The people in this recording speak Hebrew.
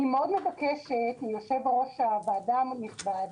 אני מאוד מבקשת מיושב-ראש הוועדה הנכבד,